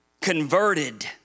converted